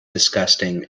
disgusting